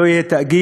לא יהיה תאגיד,